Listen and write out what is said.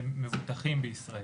למבוטחים בישראל.